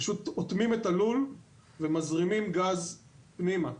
פשוט אוטמים את הלול ומזרימים גז פנימה.